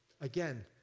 Again